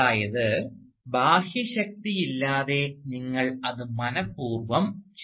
അതായത് ബാഹ്യശക്തിയില്ലാതെ നിങ്ങൾ അത് മനപൂർവ്വം ചെയ്യും